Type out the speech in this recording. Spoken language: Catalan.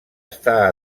està